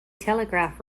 telegraph